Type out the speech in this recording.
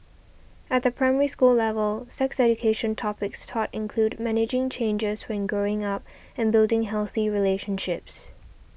at the Primary School level sex education topics taught include managing changes when growing up and building healthy relationships